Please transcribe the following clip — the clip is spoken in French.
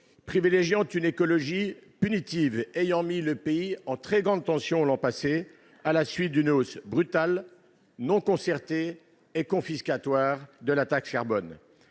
privilégiant une écologie punitive, ayant mis le pays en très grande tension l'an passé, à la suite d'une hausse brutale, non concertée et confiscatoire de la taxe carbone.